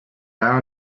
our